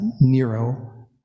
Nero